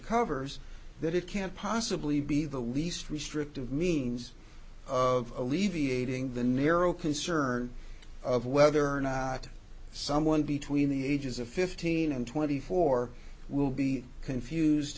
covers that it can't possibly be the least restrictive means of alleviating the narrow concern of whether or not someone between the ages of fifteen and twenty four will be confused